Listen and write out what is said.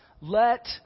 let